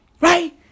Right